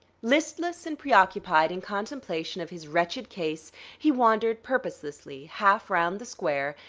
listless and preoccupied in contemplation of his wretched case he wandered purposelessly half round the square,